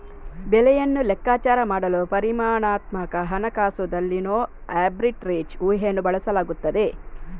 ಬೆಲೆಯನ್ನು ಲೆಕ್ಕಾಚಾರ ಮಾಡಲು ಪರಿಮಾಣಾತ್ಮಕ ಹಣಕಾಸುದಲ್ಲಿನೋ ಆರ್ಬಿಟ್ರೇಜ್ ಊಹೆಯನ್ನು ಬಳಸಲಾಗುತ್ತದೆ